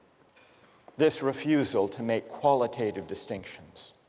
this refusal to make qualitative distinctions